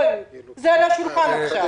זה על השולחן עכשיו.